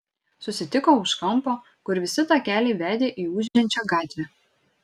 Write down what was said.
susitiko už kampo kur visi takeliai vedė į ūžiančią gatvę